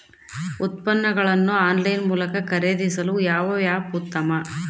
ಉತ್ಪನ್ನಗಳನ್ನು ಆನ್ಲೈನ್ ಮೂಲಕ ಖರೇದಿಸಲು ಯಾವ ಆ್ಯಪ್ ಉತ್ತಮ?